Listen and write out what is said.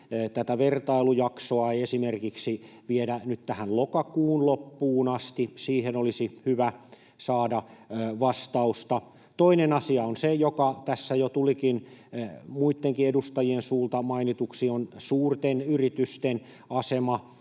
tätä vertailujaksoa ei esimerkiksi viedä nyt tähän lokakuun loppuun asti — siihen olisi hyvä saada vastausta. Toinen asia, joka tässä jo tulikin muitten edustajien suulla mainituksi, on suurten yritysten asema.